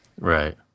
Right